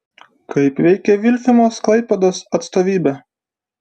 kaip veikia vilfimos klaipėdos atstovybė